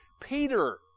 Peter